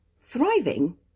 Thriving